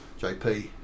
JP